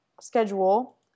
schedule